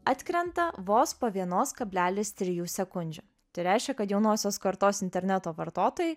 atkrenta vos po vienos kablelis trijų sekundžių tai reiškia kad jaunosios kartos interneto vartotojai